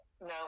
No